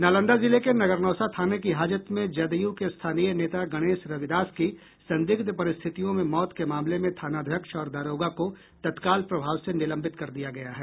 नालंदा जिले के नगरनौसा थाने की हाजत में जदयू के स्थानीय नेता गणेश रविदास की संदिग्ध परिस्थितियों में मौत के मामले में थानाध्यक्ष और दारोगा को तत्काल प्रभाव से निलंबित कर दिया गया है